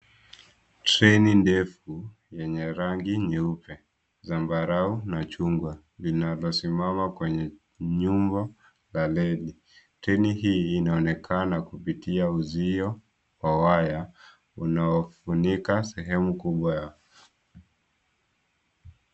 Treni ndefu yenye rangi nyeupe, zambarau na chungwa linalosimama kwenye nyumba ya reli. Treni hii inaonekana kupitia uzio wa waya unaofunika sehemu kubwa yake.